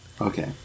Okay